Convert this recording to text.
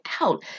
out